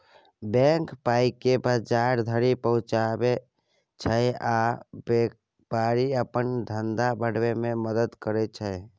bank पाइकेँ बजार धरि पहुँचाबै छै आ बेपारीकेँ अपन धंधा बढ़ाबै मे मदद करय छै